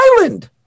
island